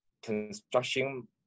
Construction